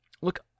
Look